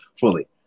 fully